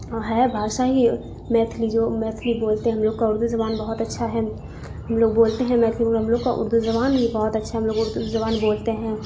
ہے بھاشا ہی ہے میتھلی جو میتھلی بولتے ہیں ہم لوگ کا اردو زبان بہت اچھا ہے ہم لوگ بولتے ہیں میتھلی مگر ہم لوگ کا اردو زبان بھی بہت اچھا ہے ہم لوگ اردو زبان بولتے ہیں